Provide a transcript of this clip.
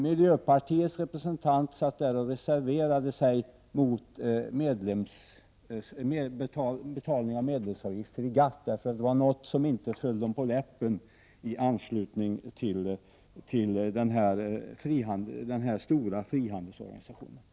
Miljöpartiets representant reserverade sig mot betalning av medlemsavgifter i GATT, eftersom det var något som inte föll miljöpartisterna på läppen i anslutning till denna stora frihandelsorganisation.